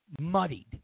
muddied